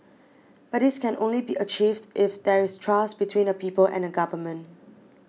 but this can only be achieved if there is trust between the people and a government